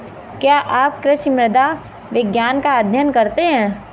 क्या आप कृषि मृदा विज्ञान का अध्ययन करते हैं?